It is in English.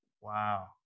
Wow